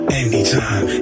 anytime